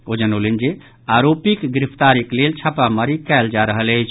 ओ जनौलनि जे आरोपिक गिरफ्तारीक लेल छापेमारी कयल जा रहल अछि